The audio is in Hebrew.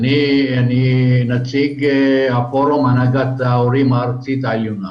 אני נציג פורום הנהגת ההורים הארצית העליונה,